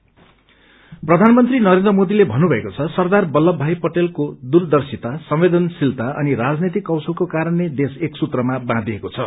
मनकी बात प्रधानमन्त्री नरेन्द्र मोदीले भन्नुभएको छ सरदार बल्लभई पटेलको दूरदर्शिता संवेदनशीलता अनि राजनैतिक कौशलको कारण नै देश एक सूत्रमा बाँधिएको छ